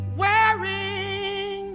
wearing